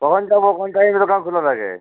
কখন যাবো কোন টাইমে দোকান খোলা থাকে